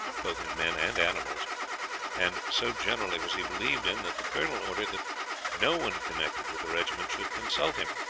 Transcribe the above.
both in men and animals and so generally was he believed in that the colonel ordered that no one connected with the regiment should consult him,